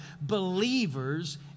believers